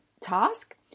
task